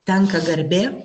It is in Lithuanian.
tenka garbė